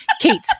Kate